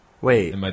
Wait